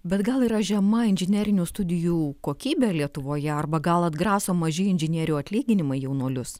bet gal yra žema inžinerinių studijų kokybė lietuvoje arba gal atgraso maži inžinierių atlyginimai jaunuolius